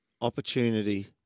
opportunity